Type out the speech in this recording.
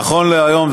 נכון להיום,